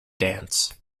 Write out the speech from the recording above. dance